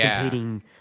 competing